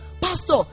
pastor